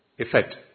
effect